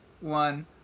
one